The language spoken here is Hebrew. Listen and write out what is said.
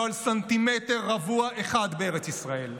לא על סנטימטר רבוע אחד בארץ ישראל.